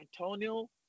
Antonio